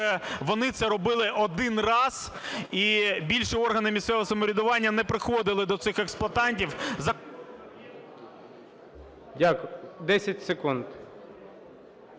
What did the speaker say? вони це робили один раз, і більше органи місцевого самоврядування не приходили до цих експлуатантів за… ГОЛОВУЮЧИЙ.